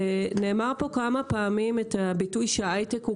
נאמר פה כמה פעמים את הביטוי שההיי-טק הוא